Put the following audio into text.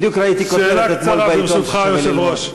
בדיוק ראיתי אתמול כותרת בעיתון ששווה ללמוד.